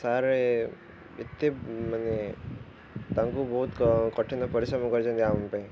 sir ଏତେ ମାନେ ତାଙ୍କୁ ବହୁତ କଠିନ ପରିଶ୍ରମ କରିଛନ୍ତି ଆମ ପାଇଁ